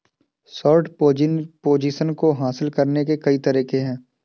short position हासिल करने के कई तरीके हैं